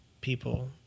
people